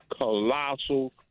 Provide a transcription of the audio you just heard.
colossal